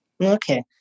Okay